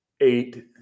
eight